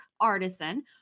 Artisan